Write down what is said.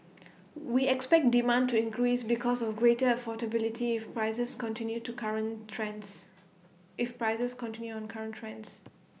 we expect demand to increase because of greater affordability if prices continue to current trends if prices continue on current trends